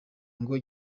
ngo